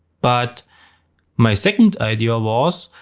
but my second idea was,